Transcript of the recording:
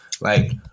like-